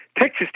Texas